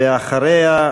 ואחריה,